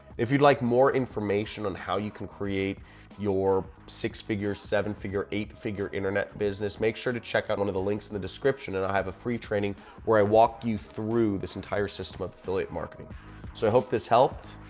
if you'd like more information on how you can create your six figure, seven figure, eight figure internet business, make sure to check out one of the links in the description and i have a free training where i walk you through this entire system of affiliate marketing. so i hope this helped.